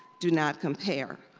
do not compare.